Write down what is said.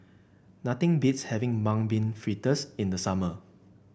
nothing beats having Mung Bean Fritters in the summer